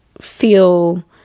feel